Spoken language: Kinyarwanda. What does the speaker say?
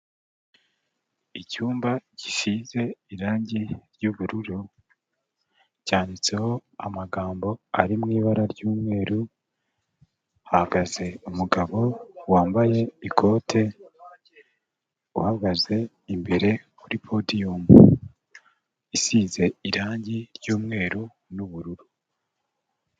Icyumba gisize irange ry'ubururu, cyanditseho amagambo ari mu ibara ry'umweru, hahagaze umugabo wambaye ikote, uhagaze imbere kuri podiyumu, isize irangi ry'umweru n'ubururu.